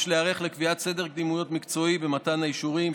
יש להיערך לקביעת סדר קדימויות מקצועי במתן האישורים,